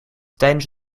tijdens